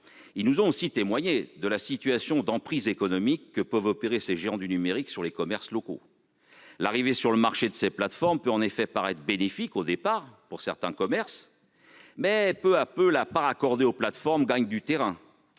nous ont aussi fait part de l'emprise économique que peuvent exercer ces géants du numérique sur les commerces locaux. L'arrivée sur le marché de ces plateformes peut certes paraître bénéfique, au départ, pour certains commerces. Toutefois, peu à peu, la part accordée aux plateformes gagne du terrain